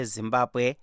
Zimbabwe